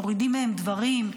מורידים מהן דברים.